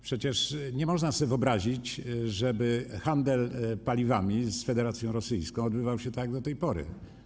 Przecież nie można sobie wyobrazić, żeby handel paliwami z Federacją Rosyjską odbywał się tak jak do tej pory.